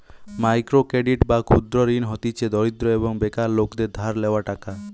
micro credit বা ক্ষুদ্র ঋণ হতিছে দরিদ্র এবং বেকার লোকদের ধার লেওয়া টাকা